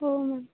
ହଉ ମ୍ୟାମ୍